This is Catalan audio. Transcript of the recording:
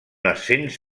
ascens